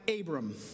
Abram